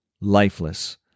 lifeless